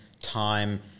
time